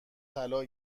طلا